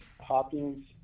Hopkins